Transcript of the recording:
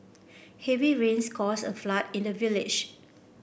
heavy rains caused a flood in the village